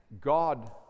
God